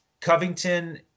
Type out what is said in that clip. Covington